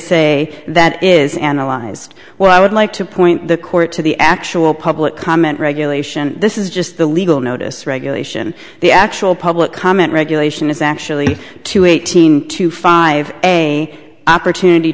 say that is analyzed well i would like to point the court to the actual public comment regulation this is just the legal notice regulation the actual public comment regulation is actually two eighteen to five a opportunity